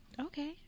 Okay